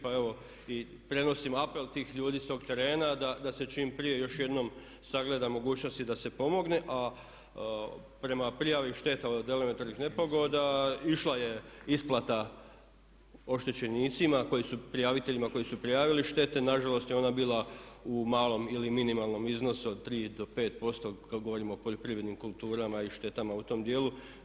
Pa evo i prenosim apel tih ljudi s tog terena da se čim prije još jednom sagleda mogućnosti i da se pomogne, a prema prijavi šteta od elementarnih nepogoda išla je isplata oštećenicima koji su prijaviteljima koji su prijavili štete, nažalost je ona bila u malom ili minimalnom iznosu od 3 do 5% kad govorimo o poljoprivrednim kulturama i štetama u tom djelu.